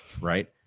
right